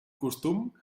costum